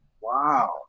Wow